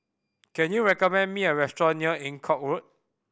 can you recommend me a restaurant near Eng Kong Road